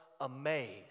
amazed